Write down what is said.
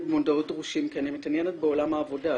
במודעות דרושים כי אני מתעניינת בעולם העבודה,